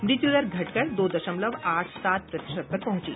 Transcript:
मृत्यु दर घटकर दो दशमलव आठ सात प्रतिशत पर पहुंची